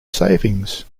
savings